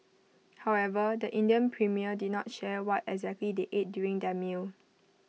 however the Indian premier did not share what exactly they ate during their meal